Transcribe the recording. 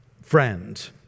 friend